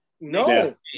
No